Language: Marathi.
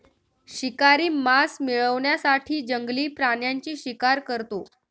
शिकारी मांस मिळवण्यासाठी जंगली प्राण्यांची शिकार करतो